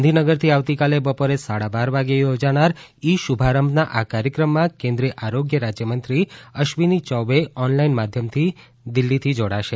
ગાંધીનગરથી આવતીકાલે બપોરે સાડા બાર વાગે યોજાનાર ઇ શુભારંભના આ કાર્યક્રમમાં કેન્દ્રિય આરોગ્ય રાજ્યમંત્રી અશ્વીની યૌબે ઓનલાઇન માધ્યમથી દિલ્ફીથી જોડાશે